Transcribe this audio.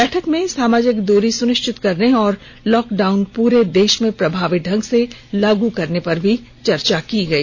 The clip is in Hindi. बैठक में सामाजिक दूरी सुनिश्चित करने और लॉकडाउन पूरे देश में प्रभावी ढंग से लागू करने पर भी चर्चा की गई